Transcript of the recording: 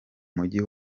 mujyi